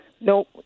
no